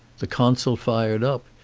the consul fired up.